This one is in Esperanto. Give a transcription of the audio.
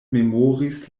memoris